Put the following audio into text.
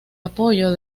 apoyo